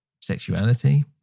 sexuality